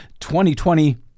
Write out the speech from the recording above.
2020